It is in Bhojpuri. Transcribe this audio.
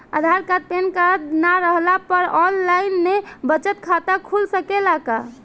आधार कार्ड पेनकार्ड न रहला पर आन लाइन बचत खाता खुल सकेला का?